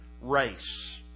race